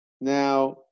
Now